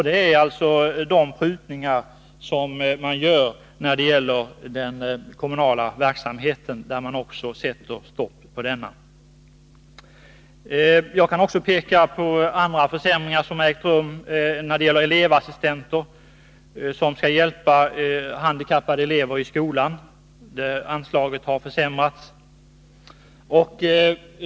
Det är sådana prutningar som görs i den kommunala verksamheten! Jag kan också peka på andra försämringar. Anslaget till elevassistenter, som skall hjälpa handikappade elever i skolan, har försämrats.